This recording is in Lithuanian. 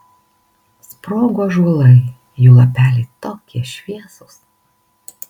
sprogo ąžuolai jų lapeliai tokie šviesūs